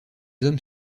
hommes